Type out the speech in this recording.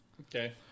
Okay